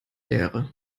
leere